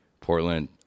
Portland